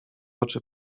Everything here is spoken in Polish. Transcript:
oczy